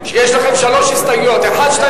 יש לכם שלוש הסתייגויות, 1, 2